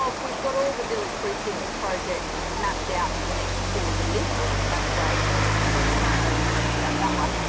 ah we've got all the village precincts projects mapped out for the next four years. well, that's great. so, there'll be a question on notice coming about that one.